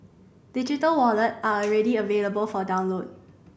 digital wallet are already available for download